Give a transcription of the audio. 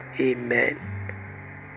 amen